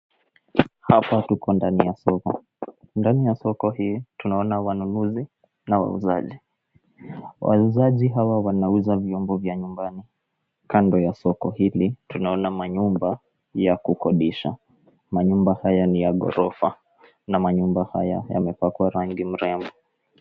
Hapa tuko ndani ya soko. Ndani ya soko hii, tunaona wanunuzi na wauzaji. Wauzaji hawa wanauza vyombo vya nyumbani. Kando ya soko hili tunaona manyumba ya kukodisha, manyumba haya ni ya ghorofa na manyumba haya yamepakwa rangi mrembo.